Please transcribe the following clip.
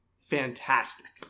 fantastic